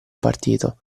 partito